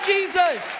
Jesus